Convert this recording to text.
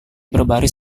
berbaris